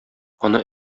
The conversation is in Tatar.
аны